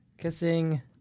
Kissing